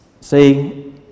See